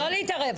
לא להתערב.